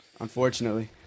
Unfortunately